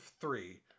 three